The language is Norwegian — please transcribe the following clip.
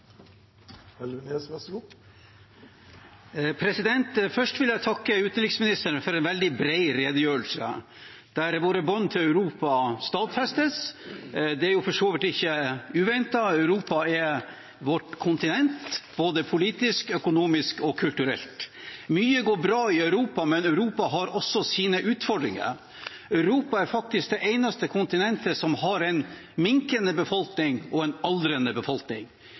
Først vil jeg takke utenriksministeren for en veldig bred redegjørelse, der våre bånd til Europa stadfestes. Det er for så vidt ikke uventet – Europa er vårt kontinent både politisk, økonomisk og kulturelt. Mye går bra i Europa, men Europa har også sine utfordringer. Europa er faktisk det eneste kontinentet som har en minkende befolkning og en aldrende befolkning.